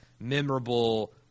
memorable